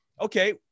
Okay